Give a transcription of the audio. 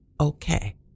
okay